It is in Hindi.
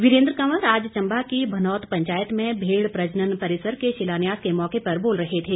वीरेंद्र कंवर आज चम्बा की भनौत पंचायत में भेड़ प्रजनन परिसर के शिलान्यास के मौके पर बोल रहे थे